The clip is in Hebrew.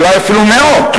אולי אפילו מאות,